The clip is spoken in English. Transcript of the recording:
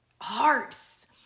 hearts